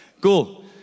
Cool